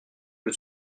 que